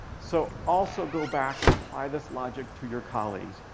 so also go back and apply this logic to your colleagues.